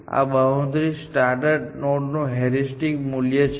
આ boundary start નોડનું heuristic મૂલ્ય છે